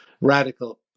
radical